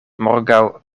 morgaŭ